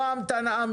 יחיאל